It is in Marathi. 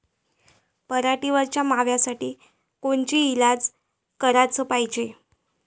पराटीवरच्या माव्यासाठी कोनचे इलाज कराच पायजे?